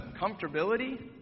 comfortability